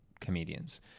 comedians